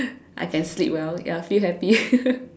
I can sleep well ya feel happy